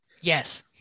Yes